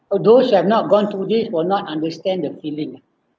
for those who have not gone through this will not understand the feeling ah